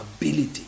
ability